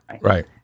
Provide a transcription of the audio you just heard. Right